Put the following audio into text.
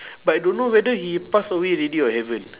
but I don't know whether he pass away already or haven't